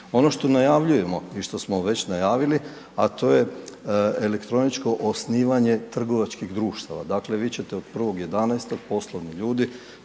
Ono što najavljujemo i što smo već najavili, a to je elektroničko osnivanje trgovačkih društava. Dakle, vi ćete od 1. 11. poslovni ljudi